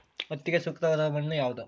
ಹತ್ತಿಗೆ ಸೂಕ್ತವಾದ ಮಣ್ಣು ಯಾವುದು?